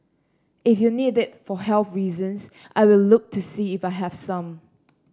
if you need it for health reasons I will look to see if I have some